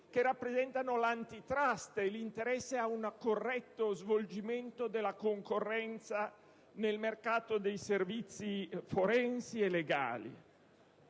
delle imprese, l'Antitrust e l'interesse ad un corretto svolgimento della concorrenza nel mercato dei servizi forensi e legali.